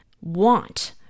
want